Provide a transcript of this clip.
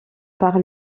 par